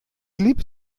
lieb